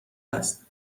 است